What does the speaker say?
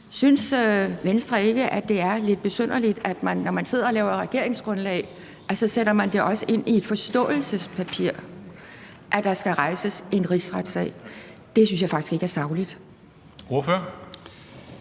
Synes Venstre ikke, at det er lidt besynderligt, at man, når man sidder og laver regeringsgrundlag, også sætter det ind i et forståelsespapir, at der skal rejses en rigsretssag? Det synes jeg faktisk ikke er sagligt.